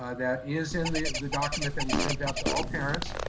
ah that is in the the document that we sent out to all parents.